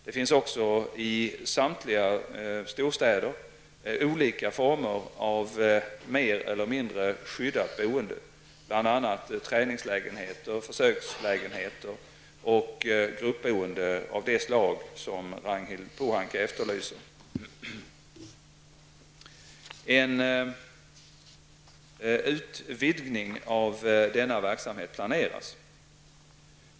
Det finns också i samtliga storstäder olika former av mer eller mindre skyddat boende, bl.a. träningslägenheter, försökslägenheter och gruppboende av det slag som Ragnhild Pohanka efterlyser. En utvidgning av denna verksamhet planeras.